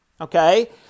okay